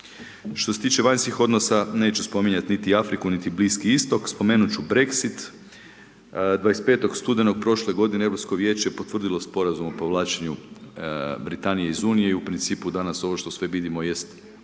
Što se tiče vanjskih odnosa, neću spominjati niti Afriku, niti Bliski istok, spomenut ću Brexit, 25. studenog prošle godine Europsko vijeće je potvrdilo Sporazum o povlačenju Britanije iz Unije i u principu danas ovo što sve vidimo jest